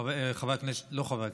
חבר הכנסת, כבר לא חבר הכנסת,